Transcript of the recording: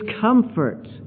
comfort